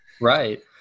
Right